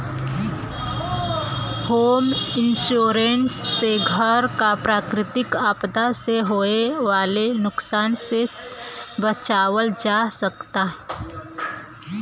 home insurance से घर क प्राकृतिक आपदा से होये वाले नुकसान से बचावल जा सकला